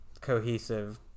cohesive